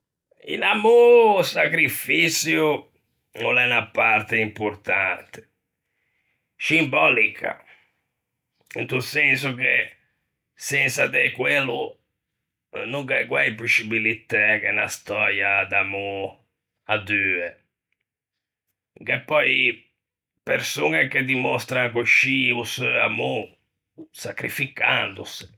In amô o sacrifiçio o l'é unna parte importante, scimbolica, into senso che sensa de quello no gh'é guæi poscibilitæ che unna stöia d'amô a due; gh'é pöi persoñe che dimostran coscì o seu amô, sacrificandose.